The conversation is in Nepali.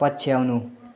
पछ्याउनु